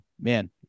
Man